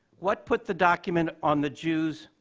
what put the document on the jews,